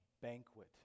banquet